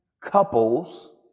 couples